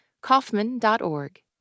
Kaufman.org